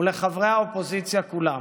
ולחברי האופוזיציה כולם.